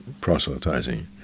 proselytizing